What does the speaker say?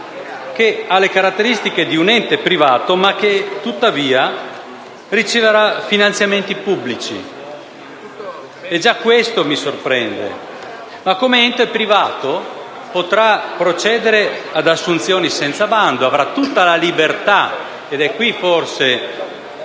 che ha le caratteristiche di un ente privato che tuttavia riceverà finanziamenti pubblici e già questo mi sorprende. Ma come ente privato, essa potrà procedere ad assunzioni senza bando ed avrà tutta la libertà, l'autonomia